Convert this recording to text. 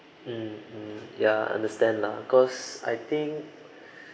mm mm ya understand lah cause I think